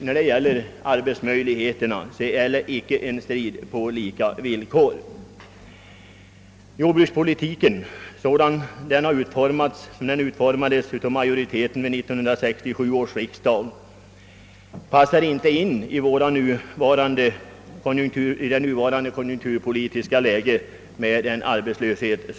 När det gäller arbetsmöjligheterna är det alltså inte en strid på lika villkor. Jordbrukspolitiken, sådan den utformades av majoriteten vid 1967 års riksdag, passar inte in i det nuvarande konjunkturpolitiska läget med dess arbetslöshet.